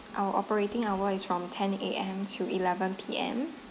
our operating hour is from ten A_M to eleven P_M